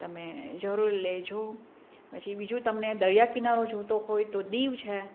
તમે જરૂર લેજો પછી બીજું તમને દરિયા કિનારો જોઈએ તો હોય તો દીવ છે